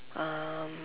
um